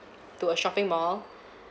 to a shopping mall